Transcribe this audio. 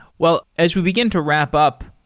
well, as we begin to wrap up,